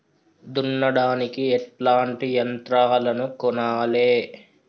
దున్నడానికి ఎట్లాంటి యంత్రాలను కొనాలే?